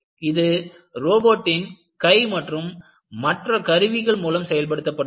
இது ரோபோட்டின் கை மற்றும் மற்ற கருவிகள் மூலம் செயல்படுத்தப்படுகிறது